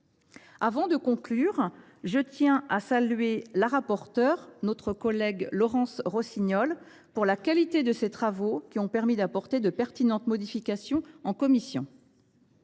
Avant de conclure, je tiens à saluer la rapporteure, notre collègue Laurence Rossignol, pour la qualité de ses travaux, qui ont permis d’apporter de pertinentes modifications en commission.